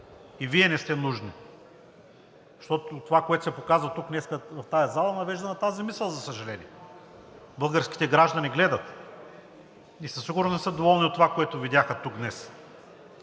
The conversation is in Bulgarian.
и Вие не сте нужни!“ Защото това, което се показа тук днес в тази зала, навежда на тази мисъл, за съжаление. Българските граждани гледат и със сигурност не са доволни от това, което видяха тук днес.